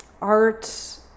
art